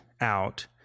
out